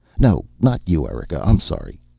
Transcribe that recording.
no, not you, erika. i'm sorry.